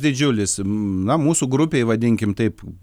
didžiulis na mūsų grupei vadinkim taip